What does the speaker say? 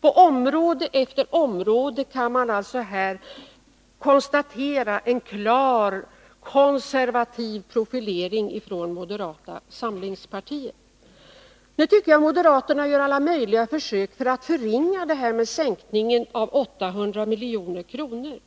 På område efter område kan man alltså konstatera en klart konservativ profilering från moderata samlingspartiet. Nu tycker jag att moderaterna gör alla möjliga försök att förringa den föreslagna sänkningen med 800 milj.kr.